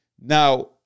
Now